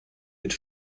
mit